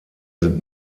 sind